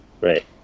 Right